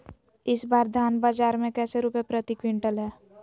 इस बार धान बाजार मे कैसे रुपए प्रति क्विंटल है?